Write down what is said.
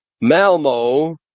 Malmo